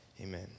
Amen